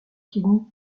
quenu